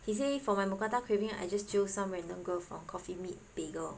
he say for my mookata craving I just jio some random girl from coffee meet bagel